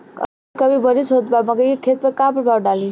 अभी काफी बरिस होत बा मकई के खेत पर का प्रभाव डालि?